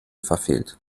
verfehlt